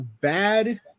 bad